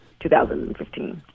2015